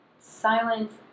silence